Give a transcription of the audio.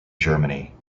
germany